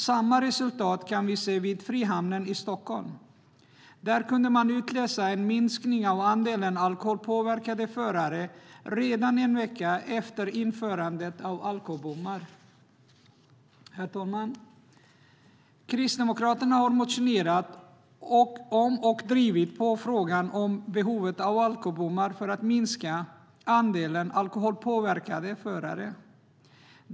Samma resultat kan vi se vid Frihamnen i Stockholm. Där kunde man utläsa en minskning av andelen alkoholpåverkade förare redan en vecka efter införandet av alkobommar. Herr talman! Kristdemokraterna har motionerat om och drivit på i frågan om behovet av alkobommar för att minska andelen alkoholpåverkade förare.